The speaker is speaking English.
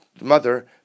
mother